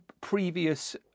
previous